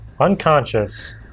Unconscious